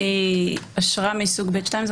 אשרה מסוג ב'2.